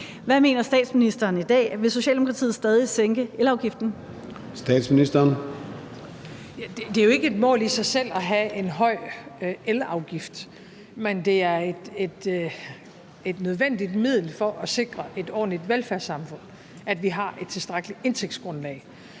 Gade): Statsministeren. Kl. 14:16 Statsministeren (Mette Frederiksen): Det er jo ikke et mål i sig selv at have en høj elafgift, men det er et nødvendigt middel for at sikre et ordentligt velfærdssamfund, at vi har et tilstrækkeligt indtægtsgrundlag.